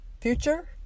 future